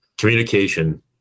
Communication